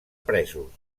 presos